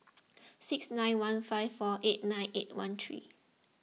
six nine one five four eight nine eight one three